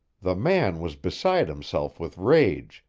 the man was beside himself with rage,